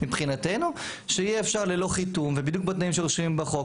מבחינתנו שיהיה אפשר ללא חיתום ובדיוק בתנאים שרשומים בחוק.